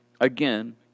again